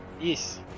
Yes